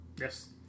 Yes